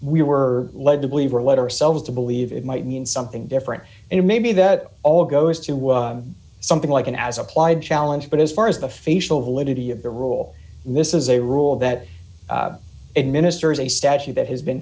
we were led to believe or let ourselves to believe it might mean something different and maybe that all goes to something like an as applied challenge but as far as the facial validity of the rule this is a rule that administers a statute that has been